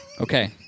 Okay